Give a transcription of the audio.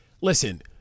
listen